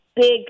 big